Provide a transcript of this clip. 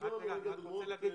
אני יכול לתת לך.